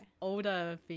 older